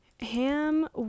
Ham